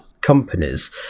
companies